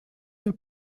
der